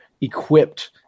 equipped